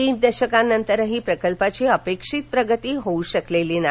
तीन दशकांनंतरही प्रकल्पाची अपेक्षित प्रगती होऊ शकलेली नाही